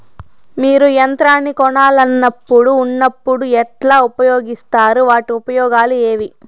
మీరు యంత్రాన్ని కొనాలన్నప్పుడు ఉన్నప్పుడు ఎట్లా ఉపయోగిస్తారు వాటి ఉపయోగాలు ఏవి?